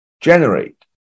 generate